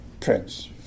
prince